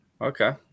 okay